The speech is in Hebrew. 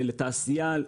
לתעשייה.